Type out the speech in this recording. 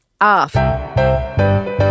off